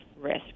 risk